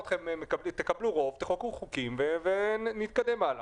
תקבלו רוב, תחוקקו חוקים ונתקדם הלאה.